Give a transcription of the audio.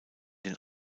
den